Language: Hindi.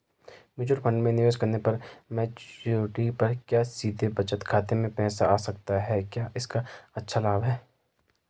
म्यूचूअल फंड में निवेश करने पर मैच्योरिटी पर क्या सीधे बचत खाते में पैसे आ सकते हैं क्या इसका अच्छा लाभ है?